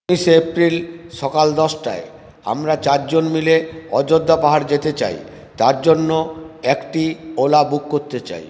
বিশে এপ্রিল সকাল দশটায় আমরা চারজন মিলে অযোধ্যা পাহাড় যেতে চাই তার জন্য একটি ওলা বুক করতে চাই